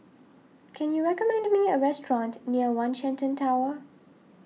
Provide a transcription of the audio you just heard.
can you recommend me a restaurant near one Shenton Tower